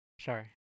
sorry